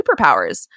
superpowers